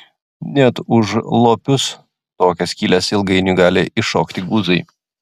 net užlopius tokias skyles ilgainiui gali iššokti guzai